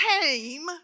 came